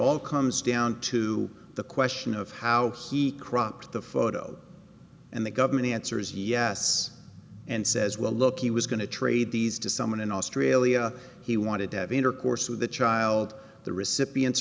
all comes down to the question of how he cropped the photo and the government answer is yes and says well look he was going to trade these to someone in australia he wanted to have intercourse with a child the recipients